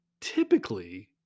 typically